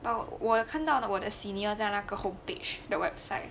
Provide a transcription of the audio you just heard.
but 我有看到了我的 senior 在那个 homepage the website